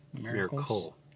Miracle